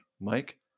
Mike